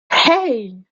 hey